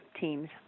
teams